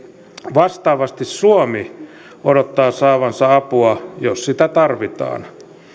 vastaavasti suomi odottaa saavansa apua jos sitä tarvitaan